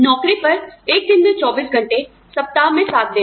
नौकरी पर एक दिन में 24 घंटे सप्ताह में 7 दिन